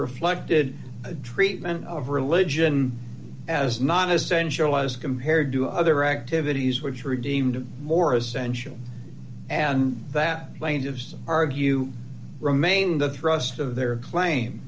reflected treatment of religion as non essential as compared to other activities which redeemed more essential and that plane just argue remained the thrust of their claim